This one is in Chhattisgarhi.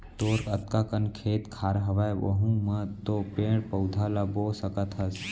तोर अतका कन खेत खार हवय वहूँ म तो पेड़ पउधा ल बो सकत हस